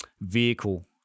vehicle